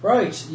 Right